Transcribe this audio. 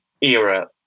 era